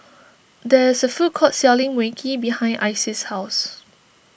there is a food court selling Mui Kee behind Isis' house